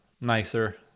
nicer